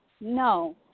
No